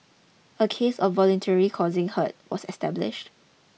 a case of voluntary causing hurt was established